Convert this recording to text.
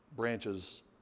branches